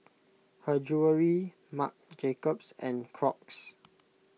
Her Jewellery Marc Jacobs and Crocs